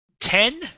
Ten